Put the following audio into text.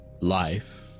life